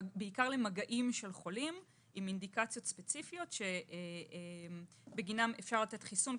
בעיקר למגעים של חולים עם אינדיקציות ספציפיות שבגינן אפשר לתת חיסון,